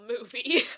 movie